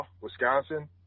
Wisconsin